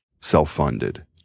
self-funded